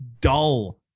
dull